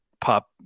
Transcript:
pop